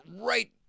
right